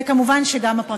וכמובן גם הפרקליטות.